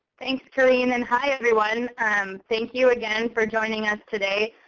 thanks, karene, and hi, everyone. um thank you again for joining us today.